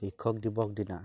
শিক্ষক দিৱসৰ দিনা